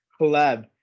collab